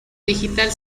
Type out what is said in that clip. digital